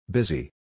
Busy